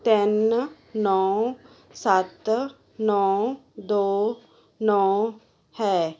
ਤਿੰਨ ਨੌਂ ਸੱਤ ਨੌਂ ਦੋ ਨੌਂ ਹੈ